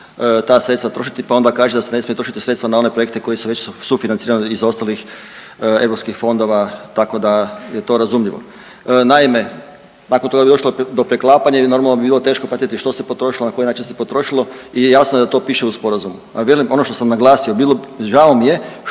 ta sredstva trošiti pa onda kaže da se ne smiju trošiti sredstva na one projekte koji su već sufinancirani iz ostalih EU fondova, tako da je to razumljivo. Naime, nakon toga bi došlo do preklapanja i normalno bi bilo teško pratiti što se potrošilo, na koji način se potrošilo i jasno je da to piše u Sporazumu, a velim, ono što sam naglasio, bilo bi, žao mi je